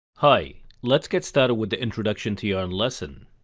hi! let's get started with the introduction to yarn lesson.